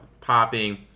popping